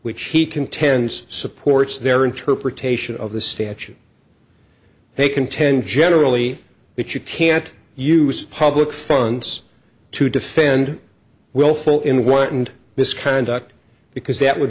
which he contends supports their interpretation of the statute they contend generally that you can't use public funds to defend willful in what and misconduct because that would